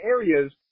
areas